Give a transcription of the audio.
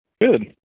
Good